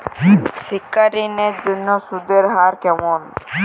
শিক্ষা ঋণ এর জন্য সুদের হার কেমন?